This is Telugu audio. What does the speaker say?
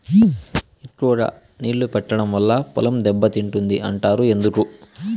ఎక్కువగా నీళ్లు పెట్టడం వల్ల పొలం దెబ్బతింటుంది అంటారు ఎందుకు?